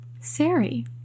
Sari